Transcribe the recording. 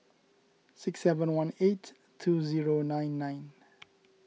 six seven one eight two zero nine nine